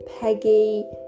Peggy